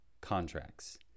contracts